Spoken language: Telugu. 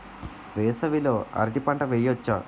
వేసవి లో అరటి పంట వెయ్యొచ్చా?